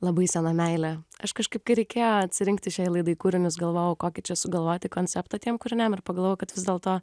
labai sena meilė aš kažkaip kai reikėjo atsirinkti šiai laidai kūrinius galvojau kokį čia sugalvoti konceptą tiem kūriniam ir pagalvojau kad vis dėlto